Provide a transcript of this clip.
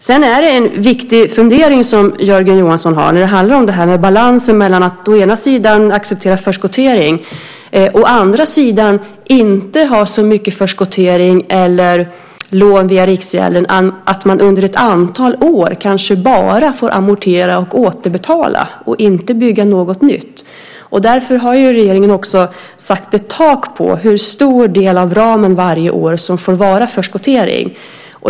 Sedan är det en viktig fundering som Jörgen Johansson har när det gäller balansen mellan att å ena sidan acceptera förskottering och å andra sidan inte ha så mycket förskottering eller lån via Riksgälden att man under ett antal år kanske bara får amortera och återbetala och inte kan bygga något nytt. Därför har regeringen också satt ett tak för hur stor del av ramen varje år som får vara förskottering.